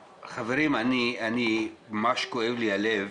חברים, ממש כואב לי הלב,